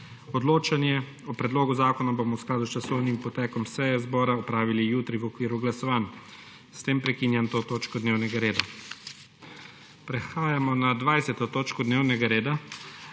Odločanje o predlogu zakona bomo v skladu s časovnim potekom seje zbora opravili jutri v okviru glasovanj. S tem prekinjam to točko dnevnega reda. Prehajamo na **20. TOČKO DNEVNEGA REDA,